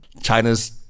China's